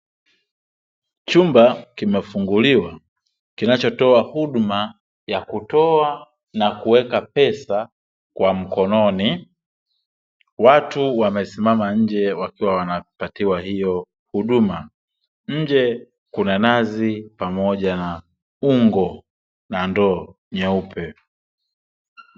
Chumba kimefunguliwa kinachotoa huduma ya kutoa na kuweka pesa kwa mkononi , watu wamesimama nje wakiwa wanapatiwa hiyo huduma. Nje Kuna Nazi pamoja na ungo na ndoo nyeupe .